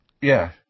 Yeah